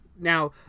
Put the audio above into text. Now